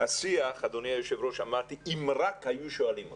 השיחה אמרתי שאם רק היו שואלים אותם,